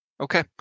okay